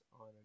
on